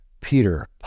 Peter